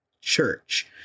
church